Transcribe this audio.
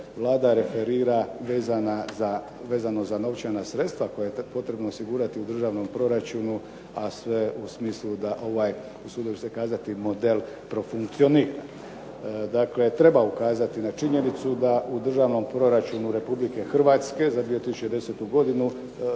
Vlada referira vezano za novčana sredstva koja je potrebno osigurati u državnom proračunu, a sve u smislu da ovaj usudio bih se kazati model profunkcionira. Dakle, treba ukazati na činjenicu da u Državnom proračunu Republike Hrvatske za 2010. godinu